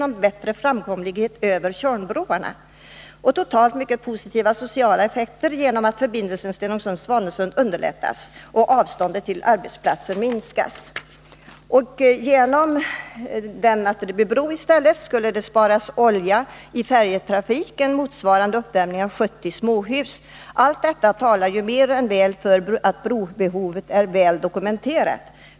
På grund av brobygge och indragning av färjeförbindelsen skulle det sparas olja, motsvarande vad som behövs för uppvärmning av 70 småhus. Allt detta talar ju för att brobehovet är väl dokumenterat.